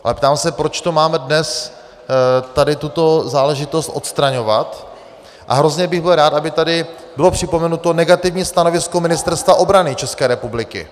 A ptám se, proč to máme dnes tady tuto záležitost odstraňovat, a hrozně bych byl rád, aby tady bylo připomenuto negativní stanovisko Ministerstva obrany České republiky...